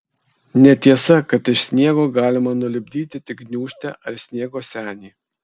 netiesa kad iš sniego galima nulipdyti tik gniūžtę ar sniego senį